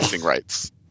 rights